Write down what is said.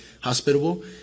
hospitable